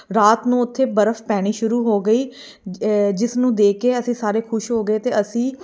ਰਾਤ ਨੂੰ ਉੱਥੇ ਬਰਫ ਪੈਣੀ ਸ਼ੁਰੂ ਹੋ ਗਈ ਜਿਸ ਨੂੰ ਦੇਖ ਕੇ ਅਸੀਂ ਸਾਰੇ ਖੁਸ਼ ਹੋ ਗਏ ਅਤੇ ਅਸੀਂ